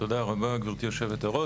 תודה רבה, גבירתי יושבת-הראש.